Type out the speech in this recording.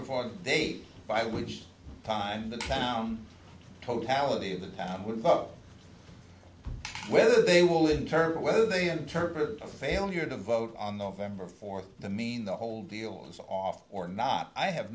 before date by which time the town totality of the town with whether they will in terms of whether they interpret the failure to vote on november fourth to mean the whole deal is off or not i have